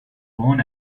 born